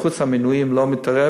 חוץ מהמינויים אני לא מתערב,